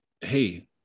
hey